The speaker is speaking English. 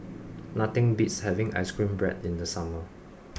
nothing beats having ice cream Bread in the summer